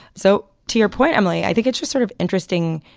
so to your point, emily, i think it's just sort of interesting.